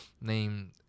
named